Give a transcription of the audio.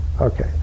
Okay